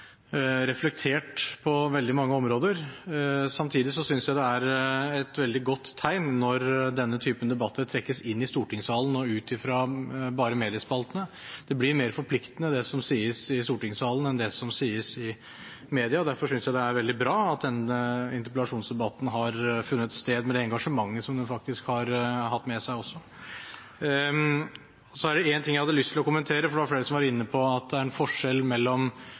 reflektert på veldig mange områder. Samtidig synes jeg det er et veldig godt tegn når denne typen debatter trekkes inn i stortingssalen og ut fra bare mediespaltene. Det blir mer forpliktende det som sies i stortingssalen, enn det som sies i media. Derfor synes jeg det er veldig bra at denne interpellasjonsdebatten har funnet sted, med det engasjementet som den faktisk har hatt med seg også. Så er det en ting jeg hadde lyst til å kommentere. Det er flere som var inne på at det er en forskjell